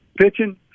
pitching